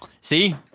See